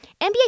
NBA